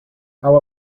how